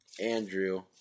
Andrew